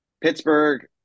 Pittsburgh